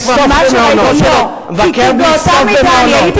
זה כבר, אני מבקר בלי סוף במעונות.